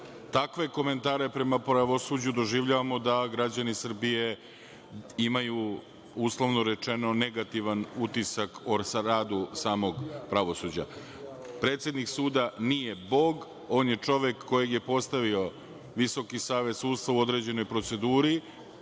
takve komentare prema pravosuđu, doživljavamo da građani Srbije imaju, uslovno rečeno, negativan utisak o radu samog pravosuđa. Predsednik suda nije Bog. On je čovek kojeg je postavio VSS u određenoj proceduri,